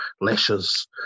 lashes